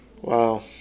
Wow